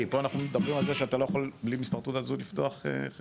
כי פה אנחנו מדברים על זה שבלי מספר תעודת זהות אי אפשר לפתוח חשבון,